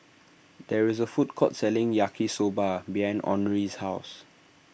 there is a food court selling Yaki Soba behind Henri's house